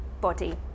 body